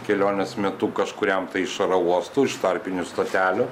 kelionės metu kažkuriam tai iš oro uostų iš tarpinių stotelių